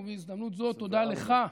ובהזדמנות הזאת, תודה לך,